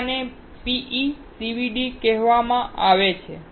બીજાને PECVD કહેવામાં આવે છે